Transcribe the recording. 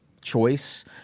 choice